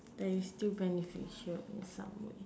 that is still beneficial in some way